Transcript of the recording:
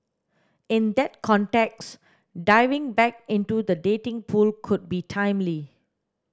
in that context diving back into the dating pool could be timely